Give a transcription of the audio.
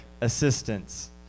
assistance